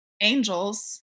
angels